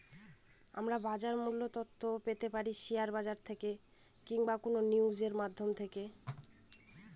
আমরা বাজার মূল্য তথ্য কিবাবে পাবো?